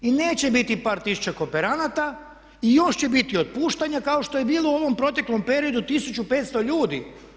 I neće biti par tisuća kooperanata i još će biti otpuštanja kao što je bilo u ovom proteklom periodu 1500 ljudi.